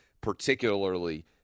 particularly